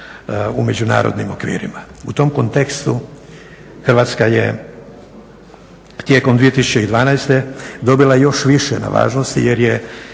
u međunarodnim okvirima. U tom kontekstu Hrvatska je tijekom 2012.dobila još više na važnosti jer je